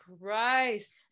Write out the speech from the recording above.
christ